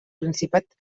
principat